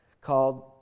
called